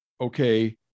okay